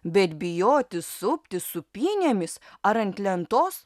bet bijoti suptis sūpynėmis ar ant lentos